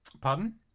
Pardon